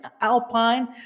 Alpine